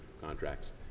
contracts